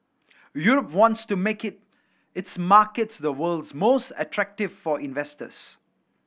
Europe wants to make it its markets the world's most attractive for investors